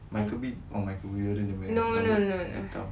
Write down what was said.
Michael B oh Michel B Jordan